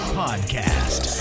podcast